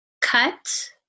cut